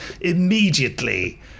immediately